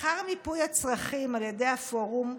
לאחר מיפוי הצרכים על ידי הפורום,